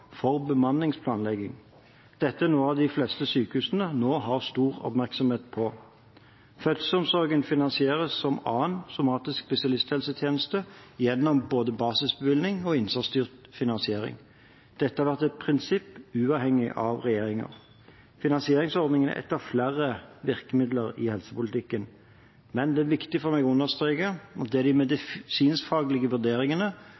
for bemanningsplanlegging. Dette er noe de fleste sykehusene nå har stor oppmerksomhet på. Fødselsomsorgen finansieres som annen somatisk spesialisthelsetjeneste gjennom både basisbevilgning og innsatsstyrt finansiering. Dette har vært et prinsipp uavhengig av regjeringer. Finansieringsordningen er ett av flere virkemidler i helsepolitikken, men det er viktig for meg å understreke at det er de medisinskfaglige vurderingene